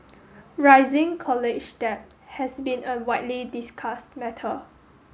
rising college debt has been a widely discussed matter